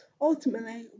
ultimately